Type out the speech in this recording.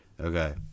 Okay